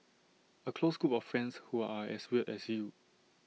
A close group of friends who are as weird as you